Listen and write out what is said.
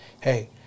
Hey